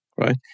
Right